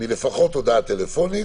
לפחות מהודעה טלפונית,